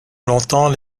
longtemps